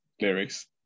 lyrics